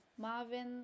Marvin